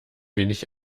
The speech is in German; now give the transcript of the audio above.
wenig